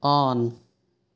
on